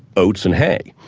oats and hay.